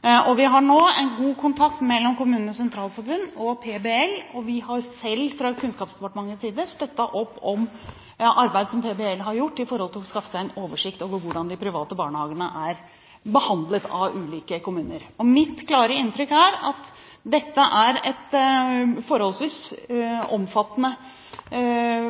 dem. Det er nå god kontakt mellom KS og PBL, og vi har selv fra Kunnskapsdepartementets side støttet opp om det arbeid som PBL har gjort for å skaffe seg en oversikt over hvordan de private barnehagene er behandlet av ulike kommuner. Mitt klare inntrykk er at det er et forholdsvis omfattende